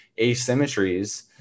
asymmetries